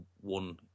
one